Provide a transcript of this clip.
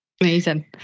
Amazing